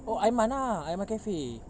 oh aiman lah aiman cafe